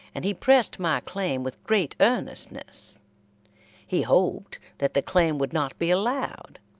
and he pressed my claim with great earnestness he hoped that the claim would not be allowed,